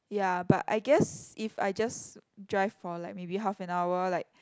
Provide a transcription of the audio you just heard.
ya but I guess if I just drive for like maybe half an hour like